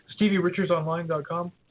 StevieRichardsOnline.com